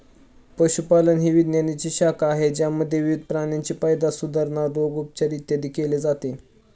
पशुपालन ही विज्ञानाची शाखा आहे ज्यामध्ये विविध प्राण्यांची पैदास, सुधारणा, रोग, उपचार, इत्यादी केले जाते